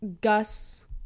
gus